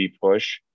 push